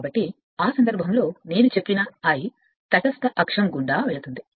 కాబట్టి ఆ సందర్భంలో నేను చెప్పిన I తటస్థ అక్షం గుండా వెళుతుంది